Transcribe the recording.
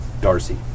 Darcy